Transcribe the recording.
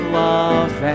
love